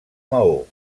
maó